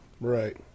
Right